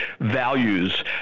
values